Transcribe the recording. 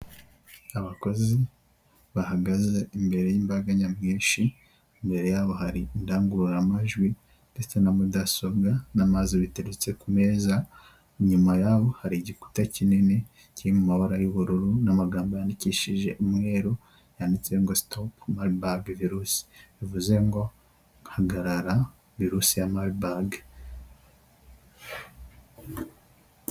Abakozi bahagaze imbere y'imbaga nyamwinshi, imbere yabo hari indangururamajwi, ndetse na mudasobwa, n'amazi biterutse ku meza, inyuma y'abo hari igikuta kinini, kiri mu mabara y'ubururu, n'amagambo yandikishije umweru, yanditseho ngo sitopu maribage virusi, bivuze ngo hagarara virusi ya maribage.